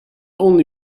only